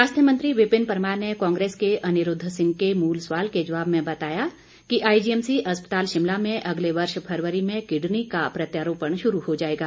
स्वास्थ्य मंत्री विपिन परमार ने कांग्रेस के अनिरूद्व सिंह के मूल सवाल के जवाब में बताया कि आईजीएमसी अस्पताल शिमला में अगले वर्ष फरवरी में किडनी का प्रत्यारोण शुरू हो जाएगा